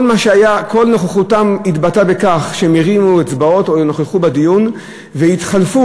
כל נוכחותם התבטאה בכך שהם הרימו אצבעות או נכחו בדיון והתחלפו